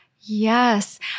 yes